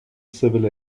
civil